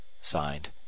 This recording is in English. SIGNED